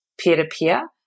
peer-to-peer